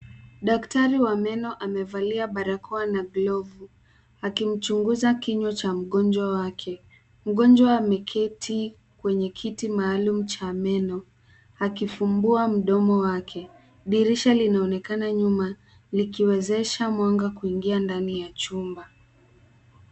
Daktari wa meno amevalia barakoa na glovu akimchunguza kinywa cha mgonjwa wake. Mgonjwa ameketi kwenye kiti maalum cha meno akifumbua mdomo wake. Dirisha linaonekana nyuma likiwezesha mwanga kuingia ndani ya chumba.